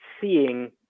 seeing